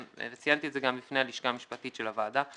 וציינתי את זה גם בפני הלשכה המשפטית של הוועדה,